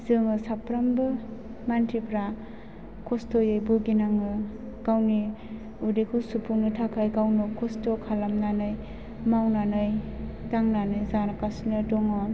जोङो साफ्रामबो मानसिफ्रा खस्थ'यै भुगिनाङो गावनि उदैखौ सुफुंनो थाखाय गावनो खस्थ' खालामनानै मावनानै दांनानै जागासिनो दङ